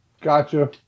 Gotcha